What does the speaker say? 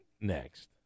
next